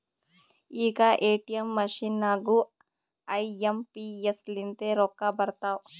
ಈಗ ATM machine ನಾಗೂ I M P S ಲಿಂತೆ ರೊಕ್ಕಾ ಬರ್ತಾವ್